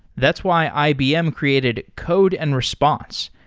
that's why ibm created code and response,